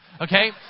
Okay